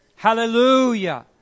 Hallelujah